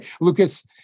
Lucas